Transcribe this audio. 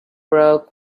broke